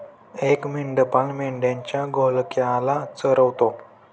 एक मेंढपाळ मेंढ्यांच्या घोळक्याला चरवतो